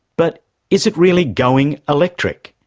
but is it really going electric?